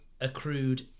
accrued